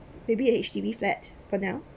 maybe H_D_B flat for now